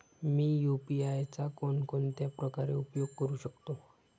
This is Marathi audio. मी यु.पी.आय चा कोणकोणत्या प्रकारे उपयोग करू शकतो?